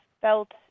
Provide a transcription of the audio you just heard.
felt